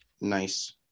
nice